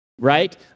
right